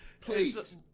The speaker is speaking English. Please